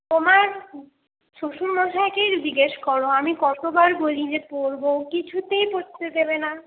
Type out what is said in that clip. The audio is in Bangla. তোমার শ্বশুরমশাইকেই জিজ্ঞাসা করো আমি কত বার বলি যে পরবো কিছুতেই পরতে দেবে না